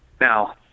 Now